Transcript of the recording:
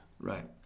Right